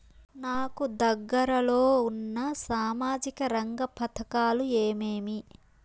నాకు దగ్గర లో ఉన్న సామాజిక రంగ పథకాలు ఏమేమీ?